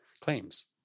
claims